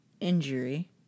injury